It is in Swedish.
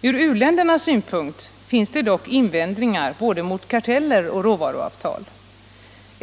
Från u-ländernas synpunkt finns det dock invändningar både mot karteller och mot råvaruavtal.